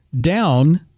down